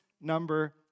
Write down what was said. number